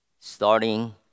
starting